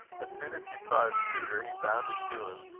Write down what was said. as soon as he saw his tutor, he bounded to him,